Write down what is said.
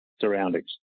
surroundings